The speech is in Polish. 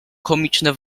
komiczne